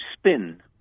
spin